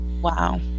Wow